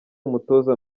umutoza